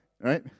right